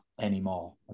anymore